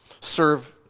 serve